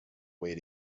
way